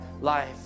life